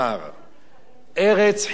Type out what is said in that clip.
ארץ חיטה ושעורה,